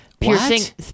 piercing